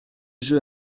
jeu